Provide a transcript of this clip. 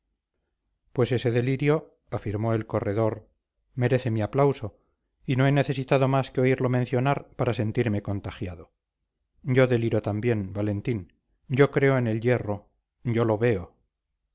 pues ese delirio afirmó el corredor merece mi aplauso y no he necesitado más que oírlo mencionar para sentirme contagiado yo deliro también valentín yo creo en el hierro yo lo veo